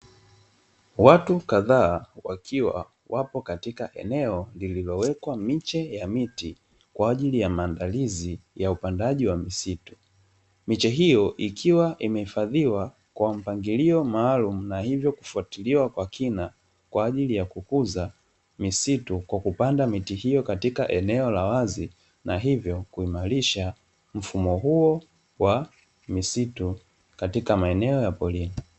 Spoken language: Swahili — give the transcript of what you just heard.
Watu kadhaa wakiwa wapo katika eneo lililowekwa miche ya miti kwa ajili ya maandilizi ya upandaji wa misitu. Miche hiyo ikiwa imehifandhiwa kwa mpangilio maalumu na hivyo kufuatiliwa kwa kina kwa ajili ya kukuza misitu kwa kupanda miti hiyo katika eneo la wazi na hivyo kuimarisha mfumo huo wa misitu katika maeneo ya porini.